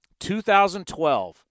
2012